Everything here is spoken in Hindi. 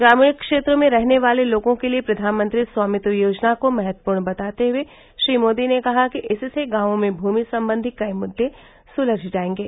ग्रामीण क्षेत्रों में रहने वाले लोगों के लिए प्रधानमंत्री स्वामित्व योजना को महत्वपूर्ण बताते हुए श्री मोदी ने कहा कि इससे गांवों में भूमि संबंधी कई मुद्दे सुलझ जाएंगे